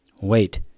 Wait